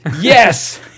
yes